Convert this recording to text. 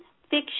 fiction